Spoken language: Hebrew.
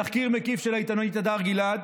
תחקיר מקיף של העיתונאית הדר גלעד